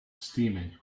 steaming